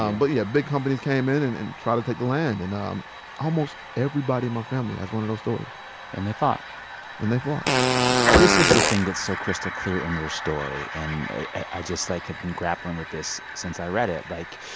um but, yeah, big companies came in and and tried to take the land, and um almost everybody in my family has one of those stories and they fought and they fought this is the thing that's so crystal clear in your story, and i just, like, have been grappling with this since i read it. like,